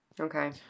Okay